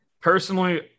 Personally